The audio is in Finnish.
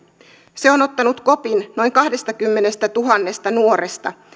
se on ottanut kopin noin kahdestakymmenestätuhannesta nuoresta